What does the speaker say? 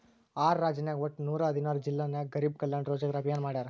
R ರಾಜ್ಯನಾಗ್ ವಟ್ಟ ನೂರಾ ಹದಿನಾರ್ ಜಿಲ್ಲಾ ನಾಗ್ ಗರಿಬ್ ಕಲ್ಯಾಣ ರೋಜಗಾರ್ ಅಭಿಯಾನ್ ಮಾಡ್ಯಾರ್